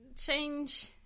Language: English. Change